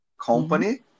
company